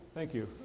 thank you.